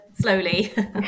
slowly